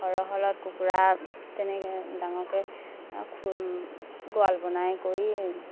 সৰহ হ'লত কুকুৰা তেনেকৈ ডাঙৰকৈ খো গঁৰাল বনাই কৰি